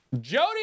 Jody